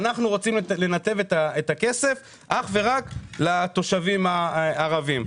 אנחנו רוצים לנתב את הכסף לתושבים הערבים.